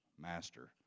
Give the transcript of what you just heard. master